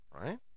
Right